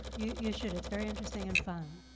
you should. it's very interesting and fun.